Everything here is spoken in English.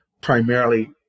primarily